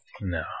No